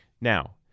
Now